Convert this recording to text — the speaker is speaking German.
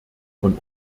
von